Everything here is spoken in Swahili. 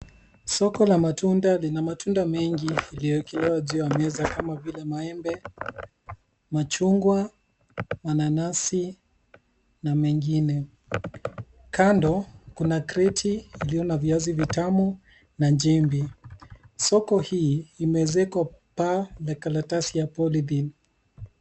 Soko la matunda lina matunda mengi iliyowekelewa juu ya meza kama vile maembe , machungwa, mananasi na mengine. Kando, kuna kreti iliyo na viazi vitamu na njimbi. Soko hii imeezekwa paa la karatasi ya polythene .